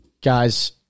guys